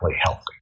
healthy